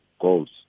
goals